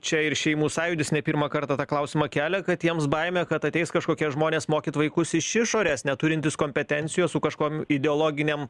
čia ir šeimų sąjūdis ne pirmą kartą tą klausimą kelia kad jiems baimė kad ateis kažkokie žmonės mokyt vaikus iš išorės neturintys kompetencijos su kažkuom ideologinėm